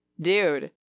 Dude